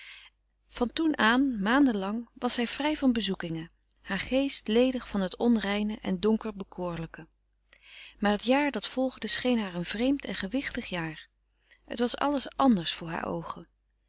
van toen aan maanden lang was zij vrij van bezoekingen haar geest ledig van het onreine en donker bekoorlijke maar het jaar dat volgde scheen haar een vreemd en gewichtig jaar het was alles anders voor haar oogen